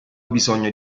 bisogno